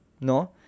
no